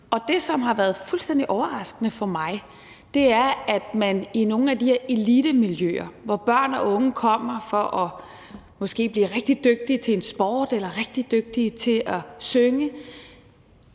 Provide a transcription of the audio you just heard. det, som har været fuldstændig overraskende for mig, er, at der i nogle af de her elitemiljøer, hvor børn og unge kommer for måske at blive rigtig dygtige til en sport eller til at synge,